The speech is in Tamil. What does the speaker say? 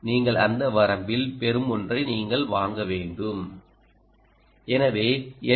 நீங்கள் அந்த வரம்பில் பெறும் ஒன்றை நீங்கள் வாங்க வேண்டும் எனவே எல்